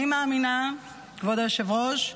אני מאמינה, כבוד היושב-ראש,